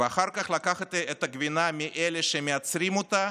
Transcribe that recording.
ואחר כך לקחת את הגבינה מאלה שמייצרים אותה